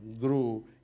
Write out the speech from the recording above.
grew